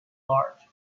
large